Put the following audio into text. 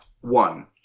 One